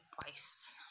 twice